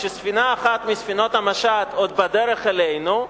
וכשספינה אחת מספינות המשט עוד בדרך אלינו,